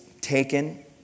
taken